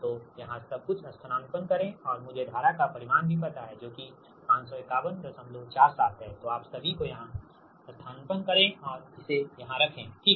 तो यहाँ सब कुछ स्थानापन्न करें और मुझे धारा का परिमाण भी पता है जो की 55147 है तो आप सभी को यहाँ स्थानापन्न करे और इसे यहाँ रखे ठीक